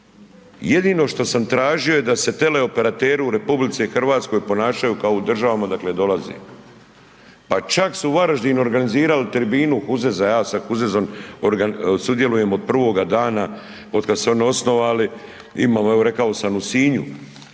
Jedino što sam tražio da se teleoperateri u RH ponašaju kao u državama odakle dolaze. Pa čak su u Varaždinu organizirali tribinu, .../Govornik se ne razumije./... sudjelujem od prvoga dana, otkad su se oni osnovali, ima, rekao sam u Sinju,